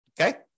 okay